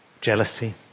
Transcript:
jealousy